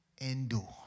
Endure